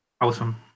awesome